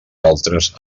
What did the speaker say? altres